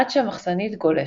עד שהמחסנית "גולשת",